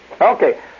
Okay